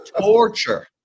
Torture